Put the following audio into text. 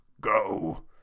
Go